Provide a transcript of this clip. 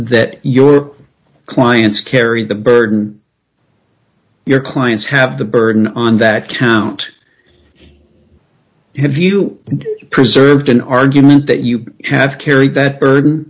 that your clients carry the burden your clients have the burden on that count have you preserved an argument that you have carry that burden